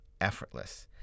effortless